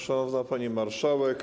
Szanowna Pani Marszałek!